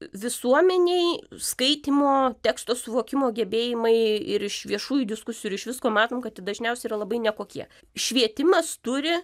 visuomenėj skaitymo teksto suvokimo gebėjimai ir iš viešųjų diskusijų ir iš visko matom kad dažniausiai yra labai nekokie švietimas turi